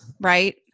Right